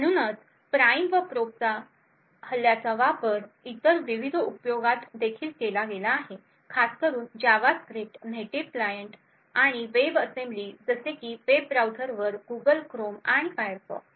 म्हणूनच प्राइम व प्रोब हल्लाचा वापर इतर विविध उपयोगात देखील केला गेला आहे खासकरुन जावास्क्रिप्ट नेटिव्ह क्लायंट आणि वेब असेंबली जसे की वेब ब्राऊझर्सवर गूगल क्रोम आणि फायरफॉक्स